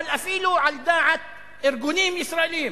אבל אפילו על דעת ארגונים ישראלים,